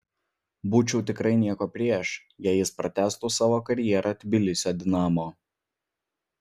būčiau tikrai nieko prieš jei jis pratęstų savo karjerą tbilisio dinamo